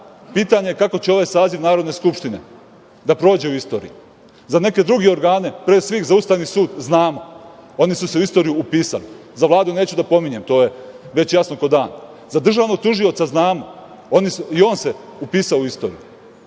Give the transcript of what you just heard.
pitanje je kako će ovaj saziv Narodne skupštine da prođe u istoriji. Za neke druge organe, pre svih za Ustavni sud, znamo oni su se u istoriju upisali, za Vladu neću da pominjem, to je već jasno kao dan, za državnog tužioca znamo, i on se upisao u istoriju. Po